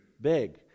big